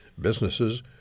businesses